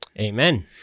Amen